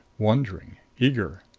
wondering, eager.